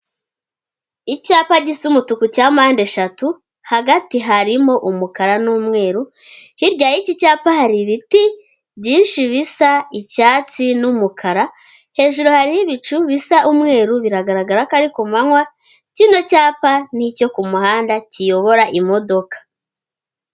Icyapa gisa umutuku cya mpande eshatu hagati harimo umukara n'umweru, hirya y'iki cyapa hari ibiti byinshi bisa icyatsi n'umukara, hejuru hariho ibicu bisa umweru biragaragara ko ari kumananywa, kino cyapa ni icyo ku muhanda kiyobora imodoka.